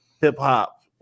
hip-hop